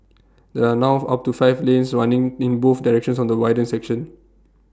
there are now up to five lanes running in both directions on the widened section